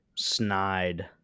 snide